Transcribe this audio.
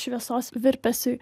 šviesos virpesiai